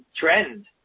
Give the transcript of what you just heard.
trend